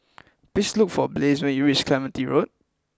please look for Blaze when you reach Clementi Road